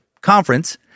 conference